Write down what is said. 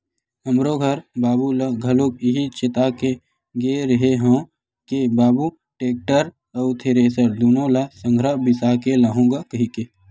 हमरो घर बाबू ल घलोक इहीं चेता के गे रेहे हंव के बाबू टेक्टर अउ थेरेसर दुनो ल संघरा बिसा के लाहूँ गा कहिके